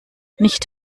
nicht